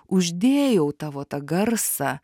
uždėjau tavo tą garsą